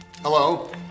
Hello